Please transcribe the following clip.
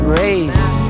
race